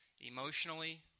emotionally